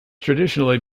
traditionally